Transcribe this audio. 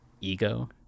ego